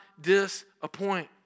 disappoint